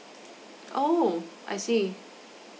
oh I see